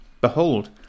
behold